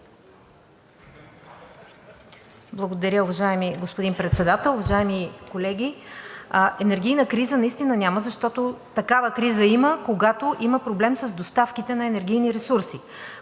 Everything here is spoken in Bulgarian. Благодаря, уважаеми господин Председател. Уважаеми колеги! Енергийна криза наистина няма, защото такава криза има, когато има проблем с доставките на енергийни ресурси.